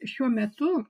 šiuo metu